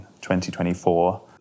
2024